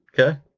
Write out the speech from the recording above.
Okay